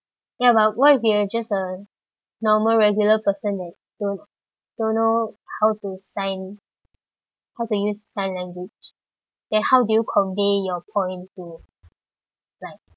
ya but what if you are just a normal regular person that don't don't know how to sign how to use sign language then how do you convey your point to like